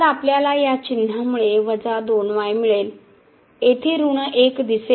तर आपल्याला या चिन्हामुळे मिळेल येथे ऋण 1 दिसेल